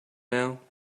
now